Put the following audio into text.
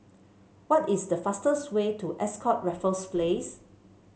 what is the fastest way to Ascott Raffles Place